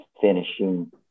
finishing